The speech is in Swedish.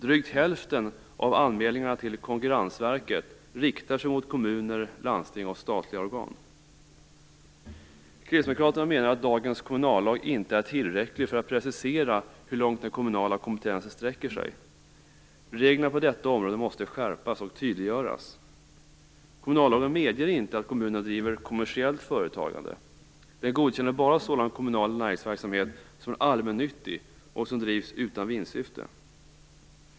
Drygt hälften av anmälningarna till Konkurrensverket riktar sig mot kommuner, landsting och statliga organ. Kristdemokraterna menar att dagens kommunallag inte är tillräcklig för att precisera hur långt den kommunala kompetensen sträcker sig. Reglerna på detta område måste skärpas och tydliggöras. Kommunallagen medger inte att kommunerna driver kommersiellt företagande. Den godkänner bara sådan kommunal näringsverksamhet som är allmännyttig och som drivs utan vinstsyfte.